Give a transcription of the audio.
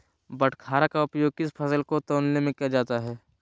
बाटखरा का उपयोग किस फसल को तौलने में किया जाता है?